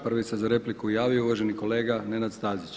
Prvi se za repliku javio uvaženi kolega Nenad Stazić.